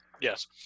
Yes